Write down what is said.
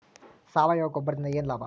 ಸಾವಯವ ಗೊಬ್ಬರದಿಂದ ಏನ್ ಲಾಭ?